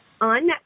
on